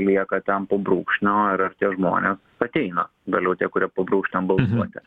lieka ten po brūkšnio ir ar tie žmonės ateina vėliau tie kurie po brūkšnio balsuoti